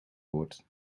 boord